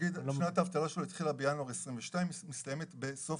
נגיד ששנת האבטלה שלו התחילה בינואר 2022 ומסתיימת בסוף